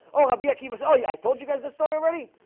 oh, i'll be akiva saw you i told you guys this story already